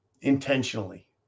intentionally